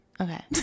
Okay